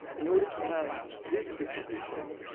in order to have this disposition,